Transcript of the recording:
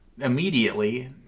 immediately